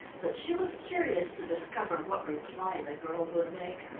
but she was curious to discover what reply the girl would make,